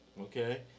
okay